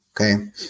okay